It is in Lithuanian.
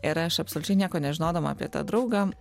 ir aš absoliučiai nieko nežinodama apie tą draugą